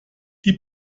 die